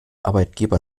arbeitgeber